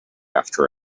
after